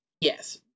yes